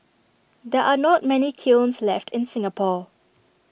there are not many kilns left in Singapore